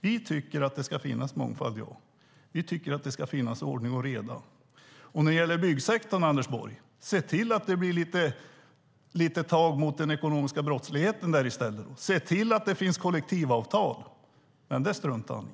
Vi tycker att det ska finnas mångfald. Vi tycker att det ska finnas ordning och reda. När det gäller byggsektorn, Anders Borg, vill jag säga: Se till att det tas tag mot den ekonomiska brottsligheten där i stället. Se till att det finns kollektivavtal. Men det struntar ni i.